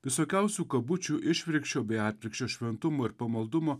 visokiausių kabučių išvirkščio bei atvirkščio šventumo ir pamaldumo